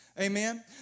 Amen